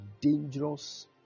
dangerous